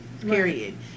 period